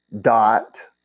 dot